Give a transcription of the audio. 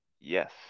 yes